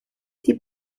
die